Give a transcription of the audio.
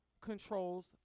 controls